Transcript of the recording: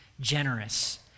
generous